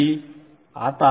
संदर्भ वेळ 2416